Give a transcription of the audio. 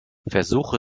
versuche